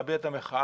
להביע את המחאה,